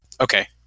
Okay